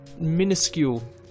minuscule